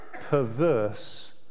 perverse